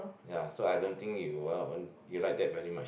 ya so I don't think you'll want you like that very much